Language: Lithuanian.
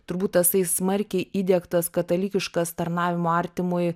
turbūt tasai smarkiai įdiegtas katalikiškas tarnavimo artimui